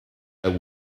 that